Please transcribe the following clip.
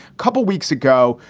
couple of weeks ago,